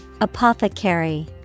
Apothecary